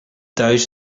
thuis